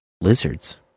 lizards